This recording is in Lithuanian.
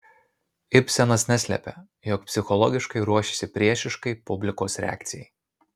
ibsenas neslepia jog psichologiškai ruošėsi priešiškai publikos reakcijai